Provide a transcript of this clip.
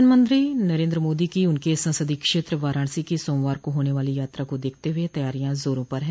प्रधानमंत्री नरेन्द्र मोदी की उनके संसदीय क्षेत्र वाराणसी की सोमवार को होने वाली यात्रा को देखते हुए तैयारियां जोरों पर है